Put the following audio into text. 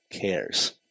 cares